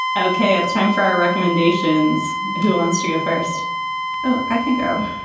ok it's time for our recommendations. who wants to go first i can't go.